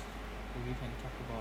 maybe we can talk about